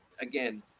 again